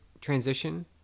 transition